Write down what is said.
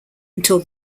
until